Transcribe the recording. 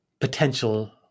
potential